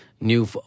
new